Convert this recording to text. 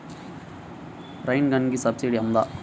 Rain గన్కి subsidy ఉందా?